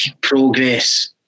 progress